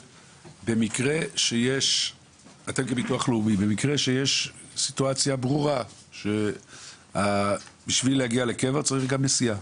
במקרה שיש סיטואציה ברורה שבשביל להגיע לקבר צריך גם נסיעה.